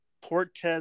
Portes